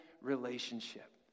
relationship